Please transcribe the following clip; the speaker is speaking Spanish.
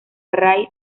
ray